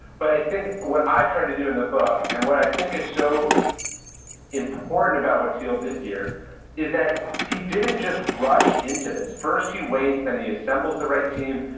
but i think what i tried to do in the book and what i think is so important about what thiel did here is that he didn't just rush into this. first, he waits, then he assembles the right team,